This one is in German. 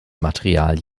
material